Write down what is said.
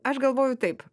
aš galvoju taip